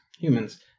humans